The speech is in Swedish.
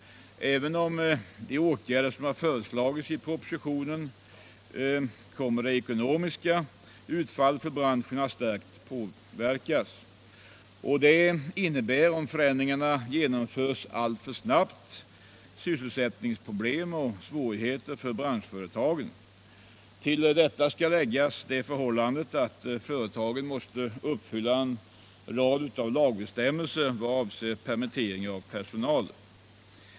Även med de åtgärder som föreslagits i propositionen kommer det ekonomiska utfallet för branschen att starkt påverkas. Detta innebär - om förändringarna genomförs alltför snabbt — sysselsättningsproblem och svårigheter för branschföretagen. Till detta kommer det förhållandet att företagen måste uppfylla en rad lagbestämmelser vad avser t.ex. permittering av personal.